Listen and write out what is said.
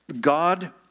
God